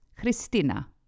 Christina